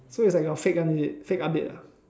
so it's like your fake one is it fake update ah